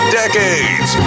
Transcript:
decades